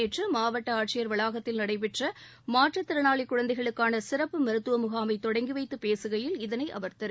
நேற்று மாவட்ட ஆட்சியர் வளாகத்தில் நடைபெற்ற மாற்றுத்திறனாளி குழந்தைகளுக்கான சிறப்பு மருத்துவ முகாமை தொடங்கி வைத்து பேசுகையில் இதனை அவர் தெரிவித்தார்